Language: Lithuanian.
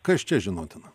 kas čia žinotina